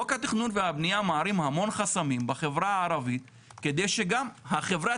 חוק התכנון והבנייה מערים המון חסמים בחברה הערבית כדי שגם החברה